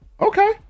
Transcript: Okay